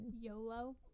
YOLO